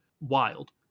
Wild